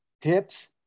tips